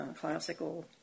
classical